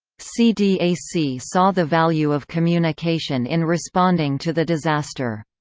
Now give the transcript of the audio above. cdac saw the value of communication in responding to the disaster.